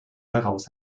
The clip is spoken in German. daraus